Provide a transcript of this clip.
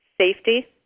safety